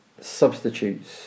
substitutes